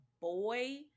boy